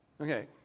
Okay